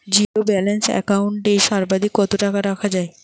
Zero balance account এ সর্বাধিক কত টাকা রাখা য়ায়?